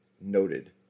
noted